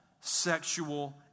sexual